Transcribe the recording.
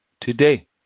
today